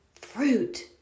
fruit